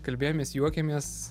kalbėjomės juokėmės